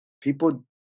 people